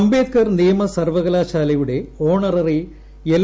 അംബേദ്കർ നിയിമ് സ്ർവ്വകലാശാലയുടെ honorary L